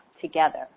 together